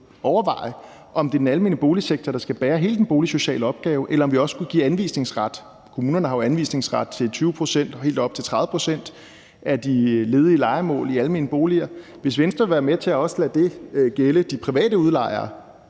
om det er den almene boligsektor, der skal bære hele den boligsociale opgave. Kommunerne har jo anvisningsret til 20 pct. og helt op til 30 pct. af de ledige lejemål i almene boliger. Hvis Venstre ville være med til også at lade det gælde de private udlejere,